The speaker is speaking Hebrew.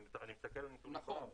אני מסתכל על נתונים פה.